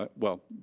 but well,